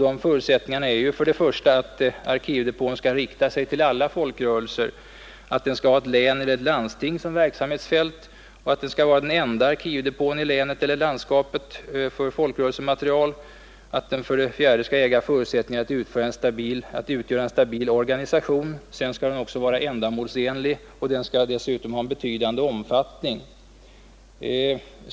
De förutsättningarna är att arkivdepån skall 1) rikta sig till alla folkrörelser, 3) vara den enda arkivdepån i länet eller landskapet för folkrörelsematerial, 4) äga förutsättningar att utgöra en stabil organisation, 5) vara ändamålsenlig och 6) ha en betydande omfattning.